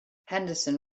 henderson